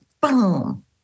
boom